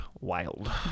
Wild